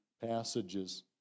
passages